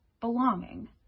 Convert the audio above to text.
belonging